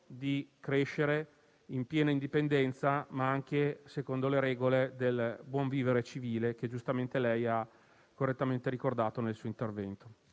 di farlo in piena indipendenza, ma anche secondo le regole del buon vivere civile, che giustamente lei ha ricordato nel suo intervento.